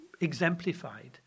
exemplified